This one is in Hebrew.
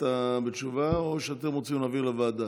בתשובה או שאתם רוצים להעביר לוועדה?